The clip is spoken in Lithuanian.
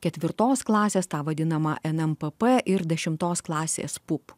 ketvirtos klasės tą vadinamą en em p p ir dešimtos klasės pup